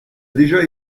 déjà